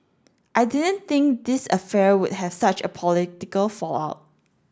I didn't think this affair would have such a political fallout